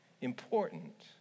important